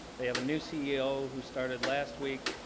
they have a new ceo who started last week